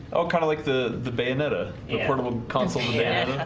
oh kind of like the the bayonetta portable console, yeah